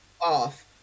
Off